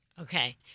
Okay